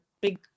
big